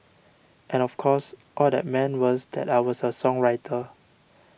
and of course all that meant was that I was a songwriter